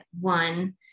one